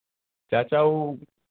चाचा ऊ